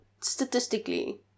statistically